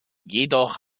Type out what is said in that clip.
jedoch